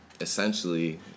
essentially